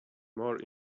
more